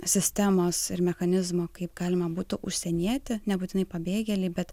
sistemos ir mechanizmo kaip galima būtų užsienietį nebūtinai pabėgėlį bet